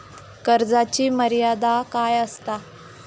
कर्जाची मर्यादा काय असता?